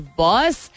boss